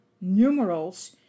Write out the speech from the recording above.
numerals